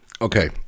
okay